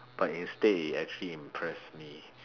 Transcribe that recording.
but instead it actually impress me